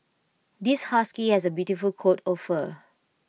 this husky has A beautiful coat of fur